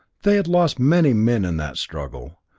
they had lost many men in that struggle,